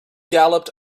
galloped